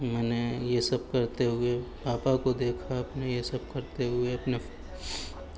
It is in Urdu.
میں نے یہ سب کرتے ہوئے پاپا کو دیکھا اپنے یہ سب کرتے ہوئے اپنے